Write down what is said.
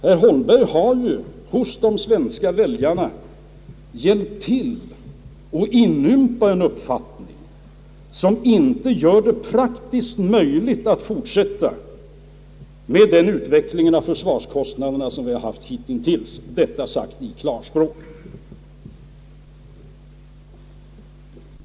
Herr Holmberg har ju hos svenska väljarna hjälpt till att inympa en uppfattning i fråga om skatter som inte gör det praktiskt möjligt att fortsätta med den utveckling av försvarskostnaderna som vi har haft hittills — detta sagt i klarspråk.